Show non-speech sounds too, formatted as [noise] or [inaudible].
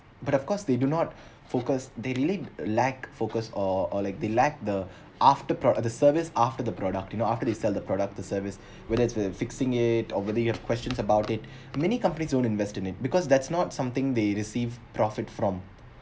but of course they do not [breath] focus they really lack focus or or like they lacked the [breath] after pro~ the service after the product you know after they sell the product or service whether it's uh fixing it or whether you have questions about it [breath] many companies don't invest in it because that's not something they receive profit from